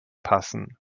passen